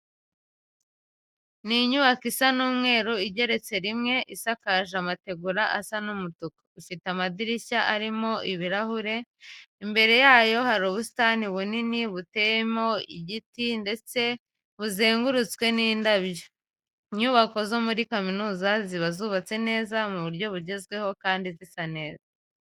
Ni inyubako isa umweru igeretse rimwe, isakaje amategura asa umutuku, ifite amadirishya arimo ibirahure. Imbere yayo hari ubusitani bunini buteyemo igiti ndetse buzengurukishije indabyo. Inyubako zo muri kaminuza ziba zubatse neza mu buryo bugezweho kandi zisa neza.